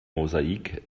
mosaik